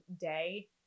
day